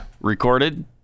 recorded